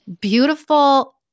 beautiful